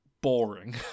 boring